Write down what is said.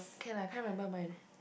can I can't remember mine